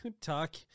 talk